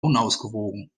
unausgewogen